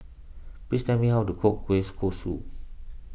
please tell me how to cook Kueh Kosui